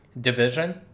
division